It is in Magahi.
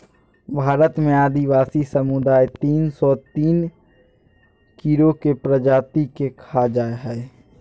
भारत में आदिवासी समुदाय तिन सो तिन कीड़ों के प्रजाति के खा जा हइ